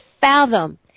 fathom